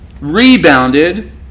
rebounded